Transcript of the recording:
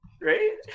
Right